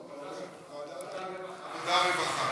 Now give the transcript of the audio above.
הוועדה שלך, עבודה ורווחה.